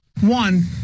One